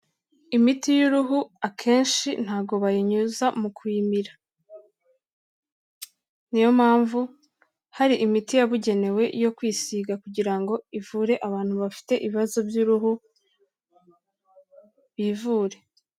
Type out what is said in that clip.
Imiti y'uruhu akenshi ntabwo bayinyuza mu kuyimira, ni yo mpamvu ari imiti yabugenewe yo kwisiga kugira ngo ivure abantu bafite ibibazo by'uruhu bivure.